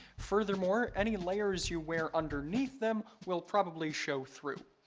furthermore, any layers you wear underneath them will probably show through.